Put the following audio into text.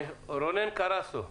רונן קרסו,